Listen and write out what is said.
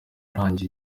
arangije